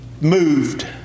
moved